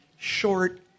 Short